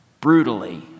brutally